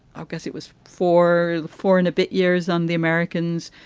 ah guess it was for the four and a bit years on the americans,